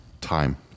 time